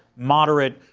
moderate,